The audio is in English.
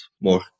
more